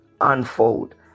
Unfold